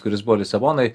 kuris buvo lisabonoj